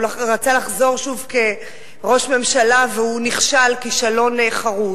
הוא רצה לחזור שוב כראש ממשלה והוא נכשל כישלון חרוץ,